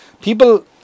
people